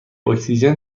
اکسیژن